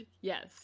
Yes